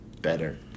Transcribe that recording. Better